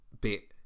bit